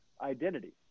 identity